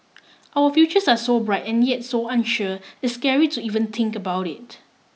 our futures are so bright and yet so unsure it's scary to even think about it